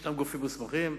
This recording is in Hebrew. יש גופים מוסמכים,